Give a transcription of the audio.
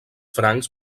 francs